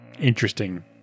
interesting